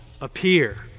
appear